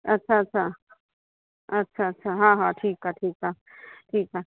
अच्छा अच्छा अच्छा अच्छा हा हा ठीकु आहे ठीकु आहे ठीकु आहे